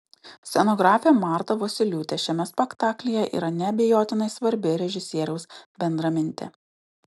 scenografė marta vosyliūtė šiame spektaklyje yra neabejotinai svarbi režisieriaus bendramintė